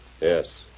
Yes